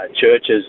churches